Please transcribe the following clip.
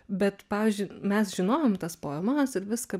bet pavyzdžiui mes žinojom tas poemas ir viską